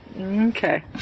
Okay